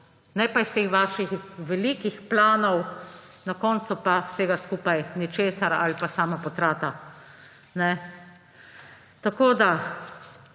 ne pa iz teh vaših velikih planov, na koncu pa vsega skupaj ničesar ali pa sama potrata. Treba